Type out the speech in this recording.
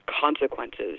consequences